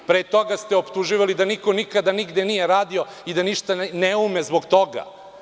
Pre toga ste optuživali da niko nikada nigde nije radio i da ništa ne ume zbog toga.